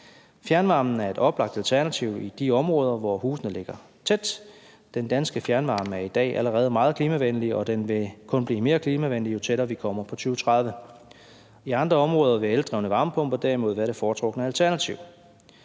Fjernvarmen er et oplagt alternativ i de områder, hvor husene ligger tæt. Den danske fjernvarme er i dag allerede meget klimavenlig, og den vil kun blive mere klimavenlig, jo tættere vi kommer på 2030. I andre områder vil eldrevne varmepumper derimod være det foretrukne alternativ.